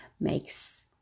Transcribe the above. makes